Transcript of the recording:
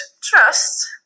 trust